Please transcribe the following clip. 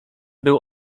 był